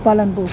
Palanpur